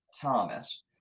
Thomas